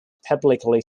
publicly